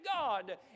God